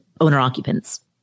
owner-occupants